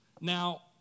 Now